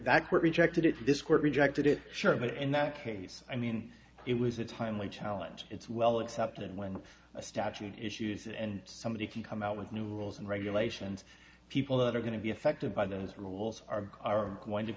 that court rejected it this court rejected it sure but in that case i mean it was a timely challenge it's well accepted and when a statute issues it and somebody can come out with new rules and regulations people that are going to be affected by those rules are are going to